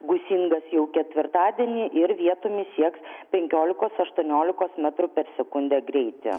gūsingas jau ketvirtadienį ir vietomis sieks penkiolikos aštuoniolikos metrų per sekundę greitį